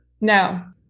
No